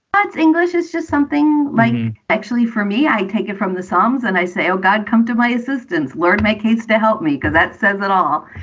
that's english. it's just something like actually for me, i take it from the psalms and i say, oh, god, come to my assistance, learn my kids to help me, because that says it all.